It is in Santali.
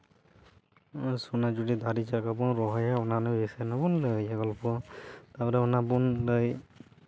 ᱱᱚᱣᱟ ᱥᱳᱱᱟᱡᱷᱩᱨᱤ ᱫᱟᱨᱮ ᱪᱮᱫ ᱞᱮᱠᱟ ᱵᱚᱱ ᱨᱚᱦᱚᱭᱟ ᱚᱱᱟ ᱨᱮᱭᱟᱜ ᱵᱤᱥᱚᱭ ᱜᱮᱵᱚᱱ ᱜᱚᱞᱯᱷᱚ ᱛᱟᱨᱯᱚᱨ ᱚᱱᱟ ᱵᱚᱱ ᱞᱟᱹᱭ